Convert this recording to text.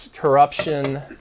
corruption